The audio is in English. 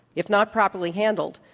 if not properly handled,